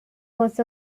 was